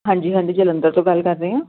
ਹਾਂਜੀ ਹਾਂਜੀ ਜਲੰਧਰ ਤੋਂ ਗੱਲ ਕਰ ਰਹੇ ਆਂ